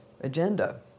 agenda